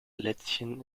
lätzchen